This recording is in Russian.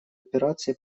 операции